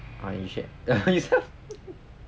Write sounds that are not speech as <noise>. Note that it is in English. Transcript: ah you shared <laughs>